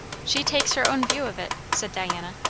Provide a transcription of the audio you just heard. she takes her own view of it, said diana.